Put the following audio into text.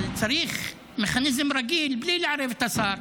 אבל אני צריך מכניזם רגיל בלי לערב את השר.